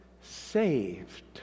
saved